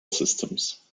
systems